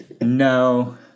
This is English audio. No